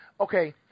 Okay